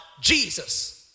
Jesus